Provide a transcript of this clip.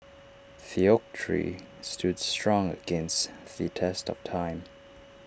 the oak tree stood strong against the test of time